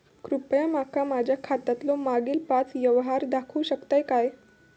कृपया माका माझ्या खात्यातलो मागील पाच यव्हहार दाखवु शकतय काय?